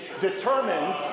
determined